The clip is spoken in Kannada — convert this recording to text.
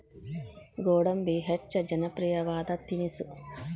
ಗೋಡಂಬಿ ಹೆಚ್ಚ ಜನಪ್ರಿಯವಾದ ತಿನಿಸು